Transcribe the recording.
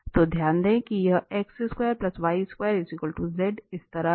तो ध्यान दें कि यह इस तरह है